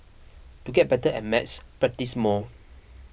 to get better at maths practise more